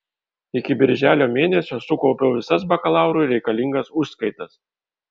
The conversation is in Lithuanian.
iki birželio mėnesio sukaupiau visas bakalaurui reikalingas užskaitas